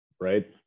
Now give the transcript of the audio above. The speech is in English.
right